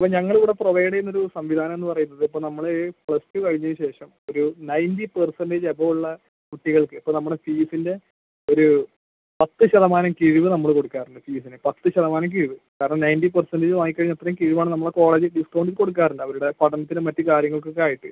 ഇപ്പോൾ ഞങ്ങളിവിടെ പ്രൊവൈഡ് ചെയ്യുന്നൊരു സംവിധാനം എന്ന് പറയുന്നത് ഇപ്പം നമ്മൾ പ്ലസ് ടു കഴിഞ്ഞതിന് ശേഷം ഒരു നൈൻറ്റി പെർസെൻറ്റേജ് എബോവ് ഉള്ള കുട്ടികൾക്ക് ഇപ്പോൾ നമ്മൾ ഫീസിൻ്റെ ഒരു പത്ത് ശതമാനം കിഴിവ് നമ്മൾ കൊടുക്കാറുണ്ട് ഫീസിന് പത്ത് ശതമാനം കിഴിവ് കാരണം നൈൻറ്റി പെർസെൻറ്റേജ് വാങ്ങി കഴിഞ്ഞ അത്രയും കിഴിവാണ് നമ്മളെ കോളേജ് ഡിസ്കൗണ്ട് കൊടുക്കാറുണ്ട് അവരുടെ പഠനത്തിനും മറ്റ് കാര്യങ്ങൾക്കുമൊക്കെ ആയിട്ട്